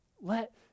Let